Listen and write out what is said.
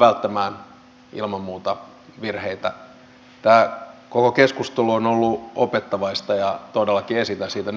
välttämättä ole turvassa